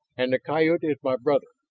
and the coyote is my brother.